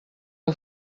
heu